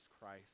Christ